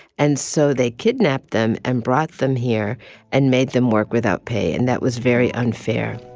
and so they kidnapped them and brought them here and made them work without pay. and that was very unfair